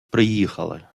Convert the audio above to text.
приїхали